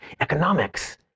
economics